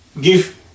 give